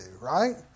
right